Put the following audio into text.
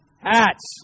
hats